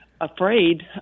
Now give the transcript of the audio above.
Afraid